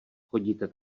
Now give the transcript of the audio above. chodíte